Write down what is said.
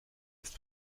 ist